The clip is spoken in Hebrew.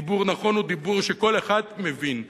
דיבור נכון הוא דיבור שכל אחד מבין.